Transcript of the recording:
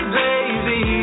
baby